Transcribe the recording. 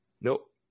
Nope